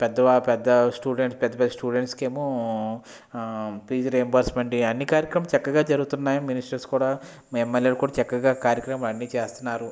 పెద్ద పెద్ద స్టూడెంట్స్ పెద్ద పెద్ద స్టూడెంట్స్కి ఏమో ఫీజు రియంబర్స్మెంట్ అన్ని కార్యక్రమాలు చక్కగా జరుగుతున్నాయి మినిస్టర్స్ కూడా ఎమ్మెల్యేలు కూడా చక్కగా కార్యక్రమాలు అన్ని చేస్తున్నారు